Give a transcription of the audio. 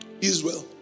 Israel